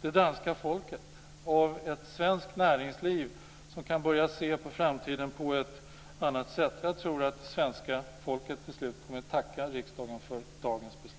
det danska folket och av det svenska näringslivet som kan börja se på framtiden på ett annat sätt. Jag tror att det svenska folket till slut kommer att tacka riksdagen för dagens beslut.